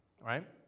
right